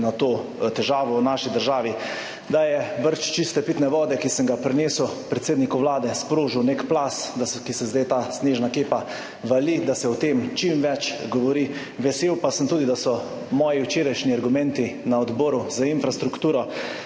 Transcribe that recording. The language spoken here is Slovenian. na to težavo v naši državi, da je vrč čiste pitne vode, ki sem ga prinesel predsedniku Vlade, sprožil nek plaz, ki se zdaj ta snežna kepa vali, da se o tem čim več govori. Vesel pa sem tudi, da so moji včerajšnji argumenti na Odboru za infrastrukturo,